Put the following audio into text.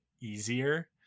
easier